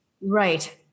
Right